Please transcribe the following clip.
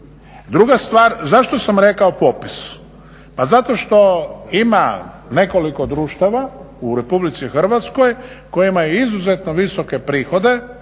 Druga stvar, zašto sam rekao popis? Pa zato što ima nekoliko društava u RH kojima je izuzetno visoke prihode